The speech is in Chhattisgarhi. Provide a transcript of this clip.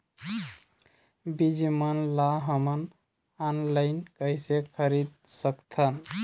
बीज मन ला हमन ऑनलाइन कइसे खरीद सकथन?